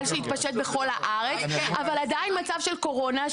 שהתפשט בכל הארץ אבל עדיין מצב של קורונה,